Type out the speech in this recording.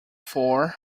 four